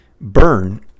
burn